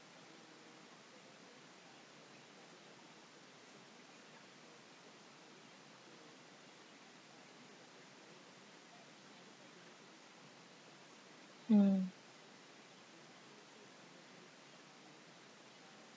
hmm